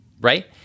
right